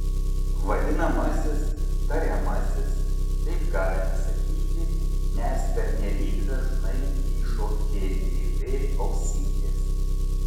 vadinamasis tariamasis taip galime sakyti nes pernelyg dažnai kyšo kgb ausytės